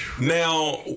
Now